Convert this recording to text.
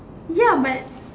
ya but